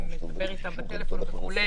מדבר איתם בטלפון וכו',